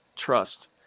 Trust